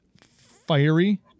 fiery